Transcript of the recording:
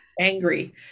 angry